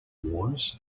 wars